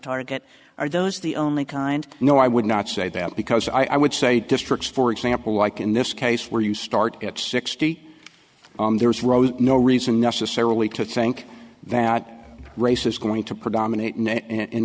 target are those the only kind no i would not say that because i would say districts for example like in this case where you start at sixty on there is rose no reason necessarily to think that race is going to predominate in